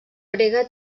grega